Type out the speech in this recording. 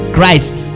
Christ